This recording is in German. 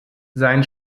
sein